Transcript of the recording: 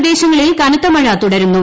പ്രദേശങ്ങളിൽ കനത്ത മഴ തുടരുന്നു